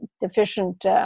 deficient